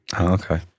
okay